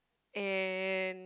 and